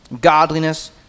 godliness